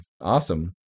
awesome